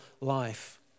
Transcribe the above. life